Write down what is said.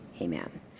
Amen